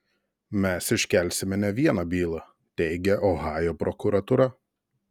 mes iškelsime ne vieną bylą teigia ohajo prokuratūra